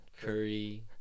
Curry